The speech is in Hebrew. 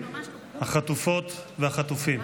החטופות והחטופים,